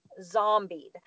zombied